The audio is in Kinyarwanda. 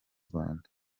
rwanda